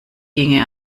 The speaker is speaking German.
ginge